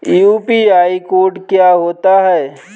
UPI code क्या होता है?